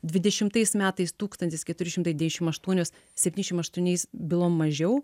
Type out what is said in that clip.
dvidešimtais metais tūkstantis keturi šimtai dėšim aštuonios septyniašim aštuoniais bylom mažiau